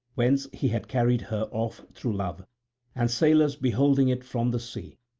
whence he had carried her off through love and sailors beholding it from the sea,